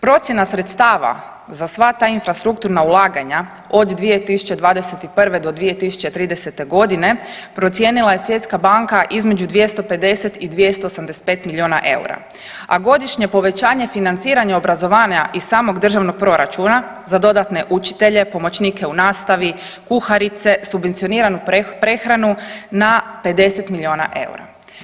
Procjena sredstava za sva ta infrastrukturna ulaganja od 2021.-2030.g. procijenila je svjetska banka između 250 i 285 milijuna eura, a godišnje povećanje financiranja obrazovanja iz samog državnog proračuna za dodatne učitelje, pomoćnike u nastavi, kuharice subvencioniranu prehranu na 50 milijuna eura.